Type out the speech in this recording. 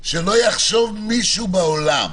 רגע, שלא יחשוב מישהו בעולם